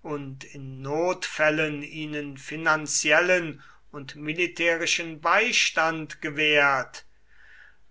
und in notfällen ihnen finanziellen und militärischen beistand gewährt